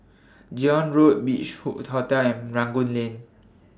Zion Road Beach Hood Hotel and Rangoon Lane